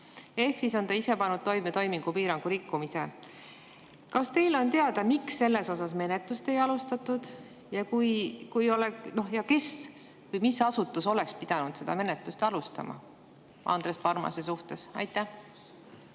ehk siis ta on pannud toime toimingupiirangu rikkumise. Kas teile on teada, miks selle suhtes menetlust ei alustatud? Kes või mis asutus oleks pidanud seda menetlust alustama Andres Parmase suhtes? Aitäh